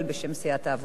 בשם סיעת העבודה.